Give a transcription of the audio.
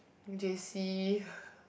J_C